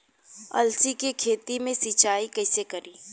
अलसी के खेती मे सिचाई कइसे करी?